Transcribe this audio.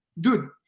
dude